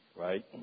right